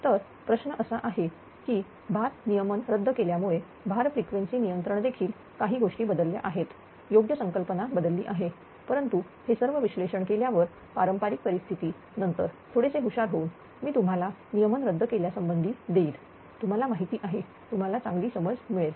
तर प्रश्न असा आहे की नियमन रद्द केल्यामुळे भार फ्रिक्वेन्सी नियंत्रण देखील काही गोष्टी बदलल्या आहेत योग्य संकल्पना बदलली आहे परंतु हे सर्व विश्लेषण केल्यावर पारंपारिक परिस्थिती नंतर थोडेसे हुशार होऊन मी तुम्हाला नियमन रद्द केल्या संबंधी देईन तुम्हाला माहिती आहे तुम्हाला चांगली समज मिळेल